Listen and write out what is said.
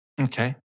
Okay